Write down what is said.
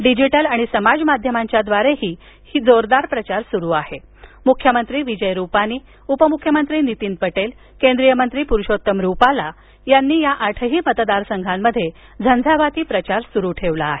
digital आणि समाजमाध्यमांच्याद्वारे ही जोरदार प्रचार सुरू असून मुख्यमंत्री विजय रूपानी उपमुख्यमंत्री नीतीन पटेल केंद्रीय मंत्री पुरुषोत्तम रुपाला यांनी या आठही मतदारसंघांमध्ये झंझावाती प्रचार सुरू ठेवला आहे